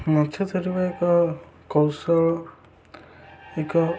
ମାଛ ଧରିବା ଏକ କୌଶଳ ଏକ